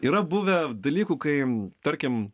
yra buvę dalykų kai tarkim